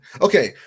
okay